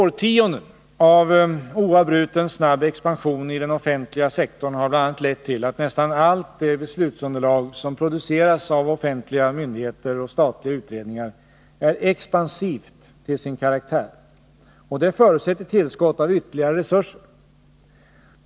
Årtionden av oavbruten, snabb expansion i den offentliga sektorn har bl.a. lett till att nästan allt det beslutsunderlag som produceras av offentliga myndigheter och statliga utredningar är expansivt till sin karaktär. Det förutsätter tillskott av ytterligare resurser.